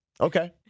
Okay